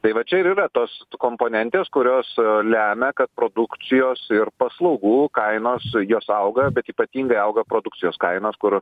tai va čia ir yra tos komponentės kurios lemia kad produkcijos ir paslaugų kainos jos auga bet ypatingai auga produkcijos kainos kur